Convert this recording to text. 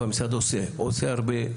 עושה הרבה,